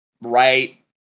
right